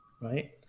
right